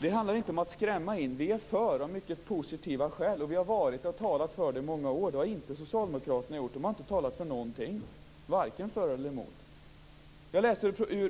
Det handlar inte om att skrämma in folk. Vi är för EMU av mycket positiva skäl. Vi har talat för ett inträde i många år. Det har inte socialdemokraterna gjort. De har inte talat för någonting, vare sig för eller emot.